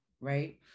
right